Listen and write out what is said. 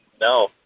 No